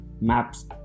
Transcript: maps